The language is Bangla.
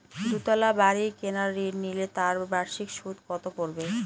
দুতলা বাড়ী কেনার ঋণ নিলে তার বার্ষিক সুদ কত পড়বে?